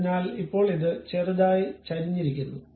അതിനാൽ ഇപ്പോൾ ഇത് ചെറുതായി ചരിഞ്ഞിരിക്കുന്നു